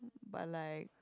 but like